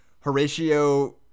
Horatio